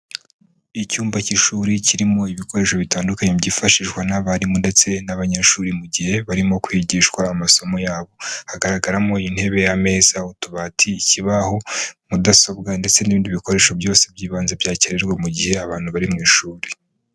Icyumba cy'ishuri kirimo ibikoresho bitandukanye byifashishwa n'abarimu ndetse n'abanyeshuri mu gihe barimo kwigishwa amasomo yabo, hagaragaramo: intebe, ameza, utubati, ikibaho, mudasobwa ndetse n'ibindi bikoresho byose by'ibanze byakenerwa mu gihe abantu bari mu ishuri.